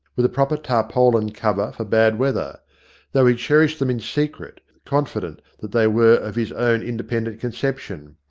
with a proper tarpaulin cover for bad weather though he cherished them in secret, confident that they were of his own independent conception.